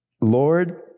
Lord